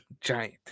giant